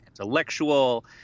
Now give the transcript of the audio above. intellectual